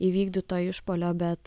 įvykdyto išpuolio bet